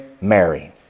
Mary